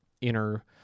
inner